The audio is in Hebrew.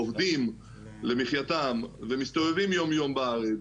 שהם עובדים למחייתם ומסתובבים יומיום בארץ,